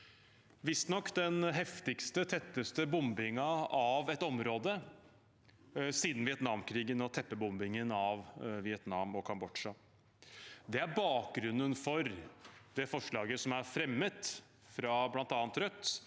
visstnok den heftigste, tetteste bombingen av et område siden Vietnamkrigen og teppebombingen av Vietnam og Kambodsja. Det er bakgrunnen for forslaget som er fremmet, fra bl.a. Rødt,